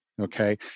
Okay